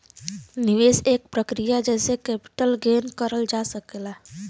निवेश एक प्रक्रिया जेसे कैपिटल गेन करल जा सकला